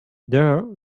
there